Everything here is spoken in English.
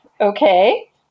Okay